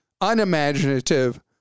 unimaginative